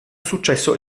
successo